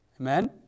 Amen